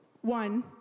one